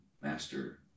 master